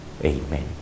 Amen